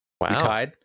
wow